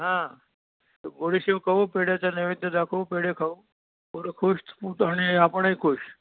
हां गोडी शेव खाऊ पेढ्याचा नैवेद्य दाखवू पेढे खाऊ पोरं खुश आणि आपणही खुश